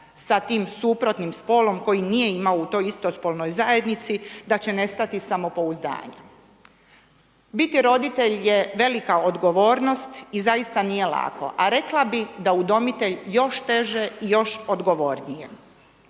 sa tim suprotnim spolom koji nije imao u toj istospolnoj zajednici, da će nestati samopouzdanja. Biti roditelj je velika odgovornost i zaista nije lako, a rekla bi da udomitelj još teže i još odgovornije.